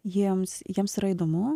jiems jiems yra įdomu